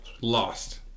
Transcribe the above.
lost